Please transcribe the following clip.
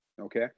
okay